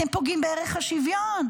אתם פוגעים בערך השוויון.